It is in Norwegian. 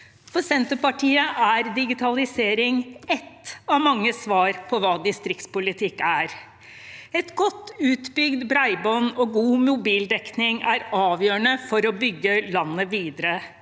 For Senterpartiet er digitalisering ett av mange svar på hva distriktspolitikk er. Et godt utbygd bredbånd og god mobildekning er avgjørende for å bygge landet videre.